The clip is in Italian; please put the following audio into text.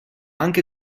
anche